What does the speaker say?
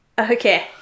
Okay